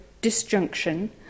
disjunction